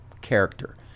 character